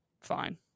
fine